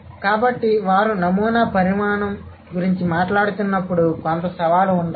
కాబట్టి వారు నమూనా పరిమాణం గురించి మాట్లాడుతున్నప్పుడు కొంత సవాలు ఉండాలి